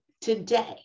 today